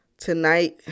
tonight